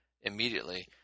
immediately